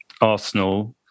Arsenal